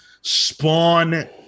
spawn